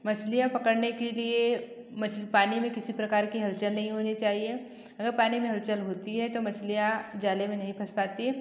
मछलियाँ पकड़ने के लिए पानी में किसी प्रकार कि हलचल नहीं होने चाहिए अगर पानी में हलचल होती है तो मछलियाँ जाले में नहीं फंस पाती है